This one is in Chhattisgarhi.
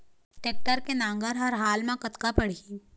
टेक्टर के नांगर हर हाल मा कतका पड़िही?